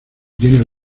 tiene